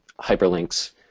hyperlinks